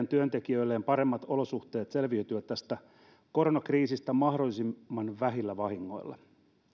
työntekijöilleen paremmat olosuhteet selviytyä tästä koronakriisistä mahdollisimman vähillä vahingoilla